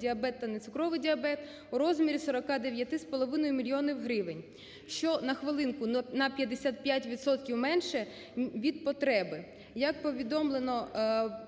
діабет та не цукровий діабет у розмірі 49,5 мільйонів гривень, що, на хвилинку, на 55 відсотків менше від потреби.